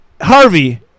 Harvey